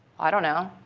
i don't know.